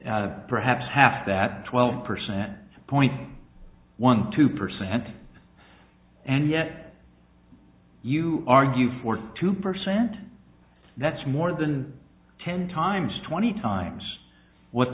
as perhaps half that twelve percent point one two percent and yet you argue for two percent that's more than ten times twenty times what